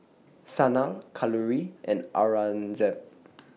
Sanal Kalluri and Aurangzeb